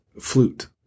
flute